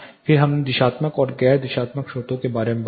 फिर हमने दिशात्मक और गैर दिशात्मक स्रोतों के बारे में बात की